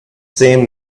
same